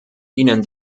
ihnen